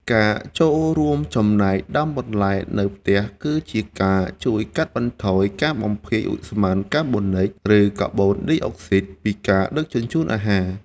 ការចូលរួមចំណែកដាំបន្លែនៅផ្ទះគឺជាការជួយកាត់បន្ថយការបំភាយឧស្ម័នកាបូនិច ឬ កាបូនឌីអុកស៊ីតពីការដឹកជញ្ជូនអាហារ។